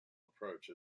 approach